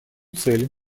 цели